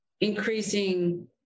increasing